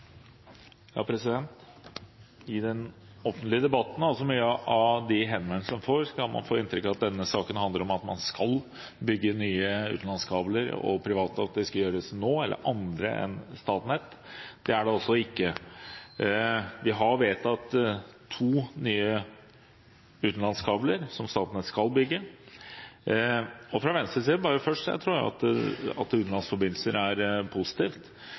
offentlige debatten og også av mange av de henvendelsene man får, kan man få inntrykk av at denne saken handler om at man skal bygge nye utenlandskabler, private, og at det skal gjøres nå og av andre enn Statnett. Det skal det altså ikke. Vi har vedtatt to nye utenlandskabler, som Statnett skal bygge. For Venstres del vil jeg først si at jeg tror at utenlandsforbindelser er positivt